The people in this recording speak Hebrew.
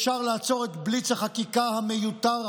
אפשר לעצור את בליץ החקיקה המיותר,